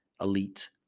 elite